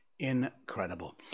Incredible